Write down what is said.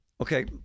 Okay